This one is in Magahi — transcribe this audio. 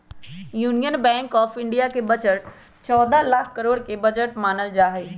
यूनियन बैंक आफ इन्डिया के बजट चौदह लाख करोड के बजट मानल जाहई